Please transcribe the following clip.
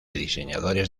diseñadores